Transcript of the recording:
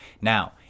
Now